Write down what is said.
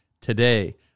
today